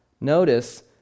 Notice